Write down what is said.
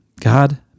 God